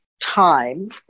time